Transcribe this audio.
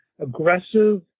aggressive